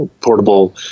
portable